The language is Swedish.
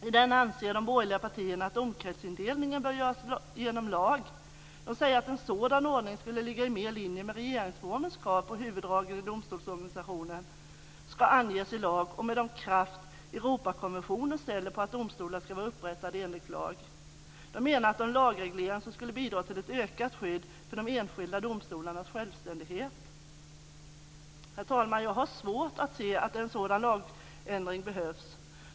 I den anser de borgerliga partierna att domkretsindelningen bör göras genom lag. De säger att en sådan ordning skulle ligga mer i linje med regeringsformens krav på att huvuddragen i domstolsorganisationen ska anges i lag och med de krav Europakonventionen ställer på att domstolar ska vara upprättade enligt lag. De menar att en lagreglering skulle bidra till ett ökat skydd för de enskilda domstolarnas självständighet. Herr talman! Jag har svårt att se att en sådan lagändring behövs.